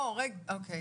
אוקיי,